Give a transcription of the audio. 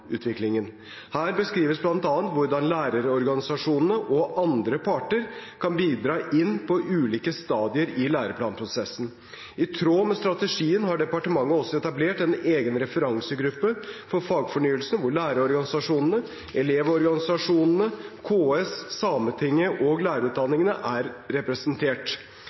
Her beskrives bl.a. hvordan lærerorganisasjonene og andre parter kan bidra inn på ulike stadier i læreplanprosessen. I tråd med strategien har departementet også etablert en egen referansegruppe for fagfornyelsen hvor lærerorganisasjonene, Elevorganisasjonen, KS, Sametinget og lærerutdanningen er representert.